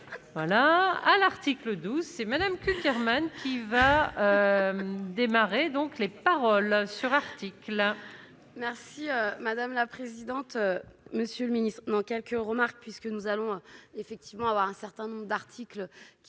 Voilà un article 12 c'est Madame Cukierman qui va démarrer, donc les paroles. Sur un article, merci madame la présidente, monsieur le ministre, dans quelques remarques, puisque nous allons effectivement avoir un certain nombre d'articles qui